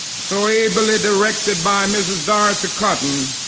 so ably directed by mrs. dorothy cotton,